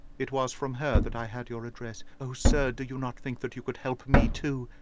it was from her that i had your address. oh, sir, do you not think that you could help me, too,